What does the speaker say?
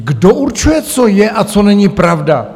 Kdo určuje, co je a co není pravda?